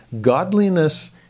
godliness